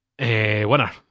winner